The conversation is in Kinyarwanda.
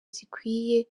zikwiye